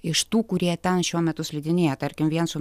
iš tų kurie ten šiuo metu slidinėja tarkim vien su